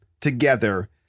together